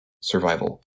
Survival